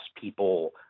people